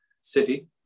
city